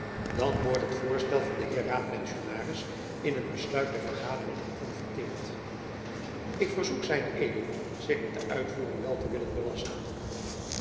dan wordt liet voorstel van den heer raadpensionaris in een besluit der vergadering gekonverteerd en ik verzoek zed zich met de uitvoering wel te willen belasten